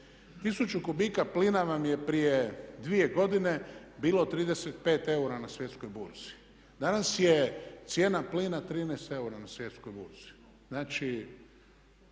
tisuću kubika plina vam je prije dvije godine bilo 35 EUR-a na svjetskoj burzi. Danas je cijena plina 13 EUR-a na svjetskoj burzi. Znači,